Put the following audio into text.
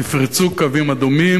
נפרצו קווים אדומים,